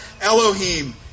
Elohim